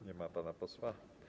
Nie ma pana posła.